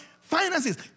Finances